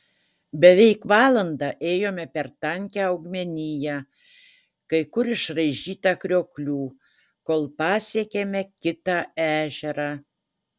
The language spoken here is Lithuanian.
beveik valandą ėjome per tankią augmeniją kai kur išraižytą krioklių kol pasiekėme kitą ežerą